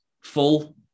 full